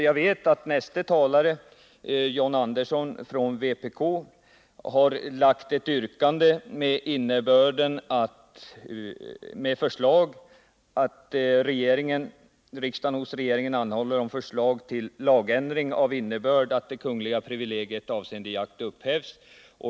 Jag vet att näste talare, John Andersson från vpk, kommer att framställa ett yrkande med förslag att riksdagen hos regeringen anhåller om förslag till lagändring av innebörd att det kungliga privilegiet avseende jakt upphävs.